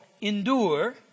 endure